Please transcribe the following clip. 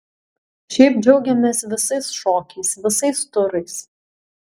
šiaip džiaugiamės visais šokiais visais turais